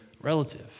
relative